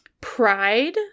pride